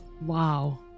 Wow